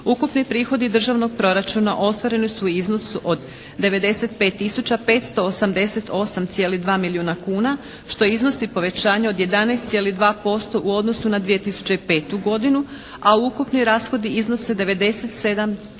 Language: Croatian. Ukupni prihodi državnog proračuna ostvarili su iznos od 95 tisuća 588,2 milijuna kuna što iznosi povećanje od 11,2% u odnosu na 2005. godinu, a ukupni rashodi iznose 97